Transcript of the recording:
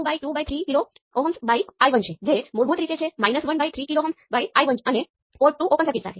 Z parameter મૂળભૂત રીતે Y parameter નો ઈન્વર્સ નો ઈન્વર્સ છે